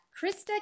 Krista